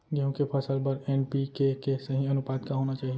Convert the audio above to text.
गेहूँ के फसल बर एन.पी.के के सही अनुपात का होना चाही?